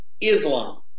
Islam